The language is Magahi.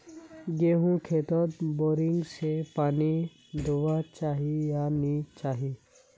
गेँहूर खेतोत बोरिंग से पानी दुबा चही या नी चही?